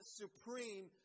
supreme